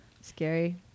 Scary